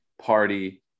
party